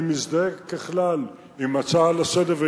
אני מזדהה ככלל עם ההצעה לסדר-היום,